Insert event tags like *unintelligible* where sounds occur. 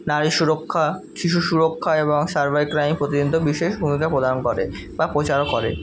নারী সুরক্ষা শিশু সুরক্ষা এবং সাইবার ক্রাইম *unintelligible* বিশেষ ভূমিকা প্রদান করে বা প্রচারও করে